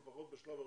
לפחות בשלב הראשון.